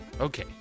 Okay